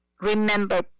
Remember